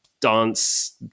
dance